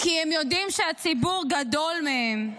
כי הם יודעים שהציבור גדול מהם,